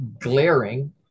glaring